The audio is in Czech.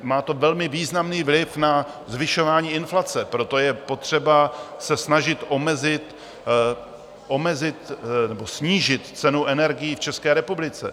Má to velmi významný vliv na zvyšování inflace, proto je potřeba se snažit omezit nebo snížit cenu energií v České republice.